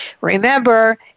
Remember